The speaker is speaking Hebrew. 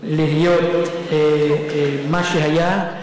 להיות מה שהיה.